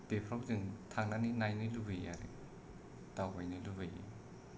बेफोराव जों थांनानै नायनो लुबैयो आरो दावबायनो लुबैयो